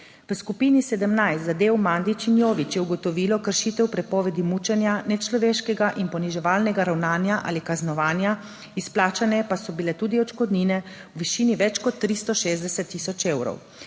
V skupini 17, zadev Mandić in Jović, je ugotovilo kršitev prepovedi mučenja, nečloveškega in poniževalnega ravnanja ali kaznovanja, izplačane pa so bile tudi odškodnine v višini več kot 360 tisoč evrov.